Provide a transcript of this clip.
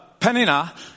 Penina